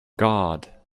god